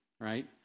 right